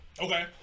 Okay